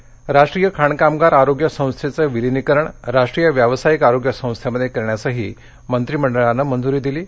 तसंचराष्ट्रीय खाणकामगार आरोग्य संस्थेचं विलीनीकरण राष्ट्रीय व्यावसायिक आरोग्य संस्थेमध्ये करण्यासही मंत्रिमंडळानं मंजूरी दिली आहे